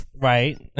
Right